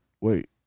wait